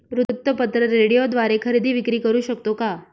वृत्तपत्र, रेडिओद्वारे खरेदी विक्री करु शकतो का?